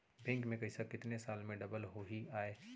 Bank में पइसा कितने साल में डबल होही आय?